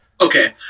Okay